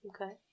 okay